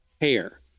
hair